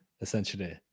essentially